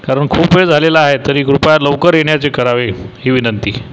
कारण खूप वेळ झालेला आहे तरी कृपया लवकर येण्याचे करावे ही विनंती